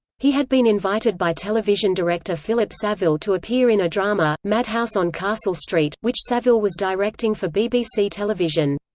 he had been invited by television director philip saville to appear in a drama, madhouse on castle street, which saville was directing for bbc television.